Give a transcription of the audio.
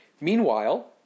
Meanwhile